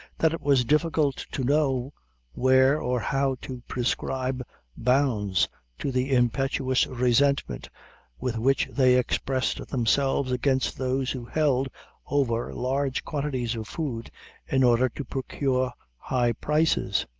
that it was difficult to know where or how to prescribe bounds to the impetuous resentment with which they expressed themselves against those who held over large quantities of food in order to procure high prices.